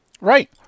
Right